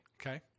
Okay